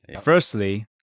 firstly